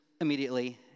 immediately